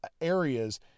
areas